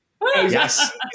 Yes